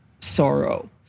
sorrow